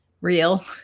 real